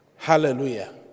Hallelujah